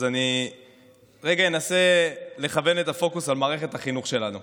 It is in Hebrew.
אז לרגע אני אנסה לכוון את הפוקוס על מערכת החינוך שלנו.